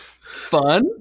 fun